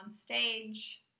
stage